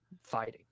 fighting